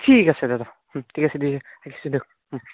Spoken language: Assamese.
ঠিক আছে দাদা ঠিক আছে ঠিক আছে ৰাখিছো দিয়ক